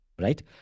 Right